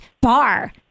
bar